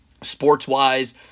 sports-wise